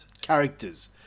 characters